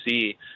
see